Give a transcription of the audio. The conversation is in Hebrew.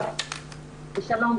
שלום.